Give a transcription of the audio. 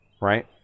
right